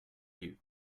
you